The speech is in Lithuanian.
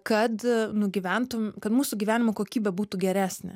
kad nugyventum kad mūsų gyvenimo kokybė būtų geresnė